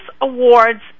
awards